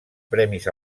premis